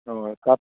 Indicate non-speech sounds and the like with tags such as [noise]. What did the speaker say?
অঁ [unintelligible]